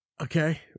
okay